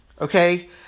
okay